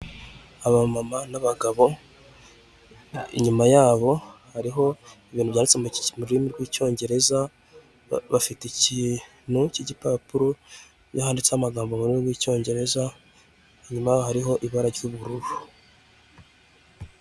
Aba mama n'abagabo inyuma yabo hariho ibintu byanditse mu rurimi rw'icyongereza bafite ikintu cy'igipapuro yanditseho amagambo mu rurimi rw'icyongereza inyuma yaho hariho ibara ry'ubururu